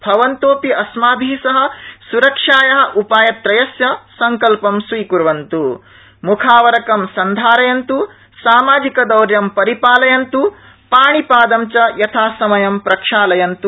भवन्तोऽपि अस्माभि सह सुरक्षाया उपायत्रयस्य सङ्कल्पं स्वीकुर्वन्तु मुखावरकं सन्धारयन्तु सामाजिकदौर्यं परिपालयन्तु पाणिपादं च यथासमयं प्रक्षालयन्तु